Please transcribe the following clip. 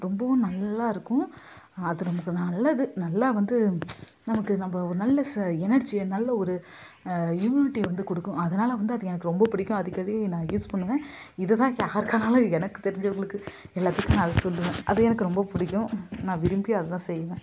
ரொம்பவும் நல்லா இருக்கும் அது நமக்கு நல்லது நல்லா வந்து நமக்கு நம்ப நல்ல ச எனர்ஜியை நல்ல ஒரு இம்யூனிட்டியை வந்து கொடுக்கும் அதனால் வந்து அது எனக்கு ரொம்ப பிடிக்கும் அடிக்கடி நான் யூஸ் பண்ணுவேன் இதைதான் யாருக்கானாலும் எனக்கு தெரிஞ்சவர்களுக்கு எல்லாத்துக்கும் நான் அதை சொல்லுவேன் அது எனக்கு ரொம்ப பிடிக்கும் நான் விரும்பி அதைதான் செய்வேன்